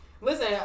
Listen